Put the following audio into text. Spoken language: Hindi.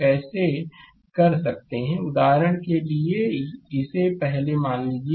स्लाइड समय देखें 0159 उदाहरण के लिए उदाहरण के लिए इसे पहले मान लीजिए